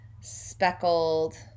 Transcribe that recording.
speckled